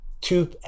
two